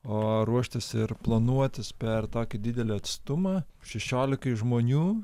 o ruoštis ir planuotis per tokį didelį atstumą šešiolikai žmonių